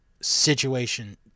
situation